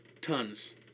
Tons